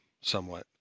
somewhat